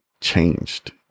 changed